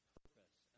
purpose